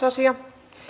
asia